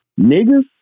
niggas